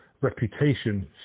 reputation